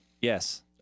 Yes